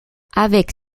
avec